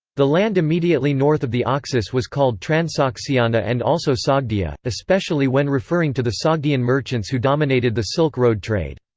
the land immediately north of the oxus was called transoxiana and also sogdia, especially when referring to the sogdian merchants who dominated the silk road trade.